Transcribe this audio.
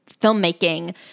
filmmaking